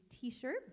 t-shirt